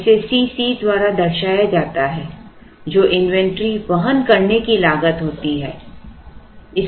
अब इसे C c द्वारा दर्शाया जाता है जो इन्वेंट्री वहन करने की लागत होती है जो C c है